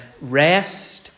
rest